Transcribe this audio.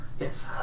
Yes